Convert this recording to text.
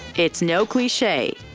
it's no cliche.